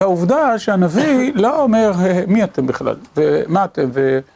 העובדה שהנביא לא אומר מי אתם בכלל ומה אתם ו...